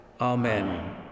Amen